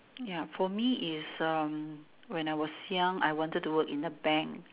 ya for me is um when I was young I wanted to work in a bank